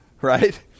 Right